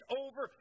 over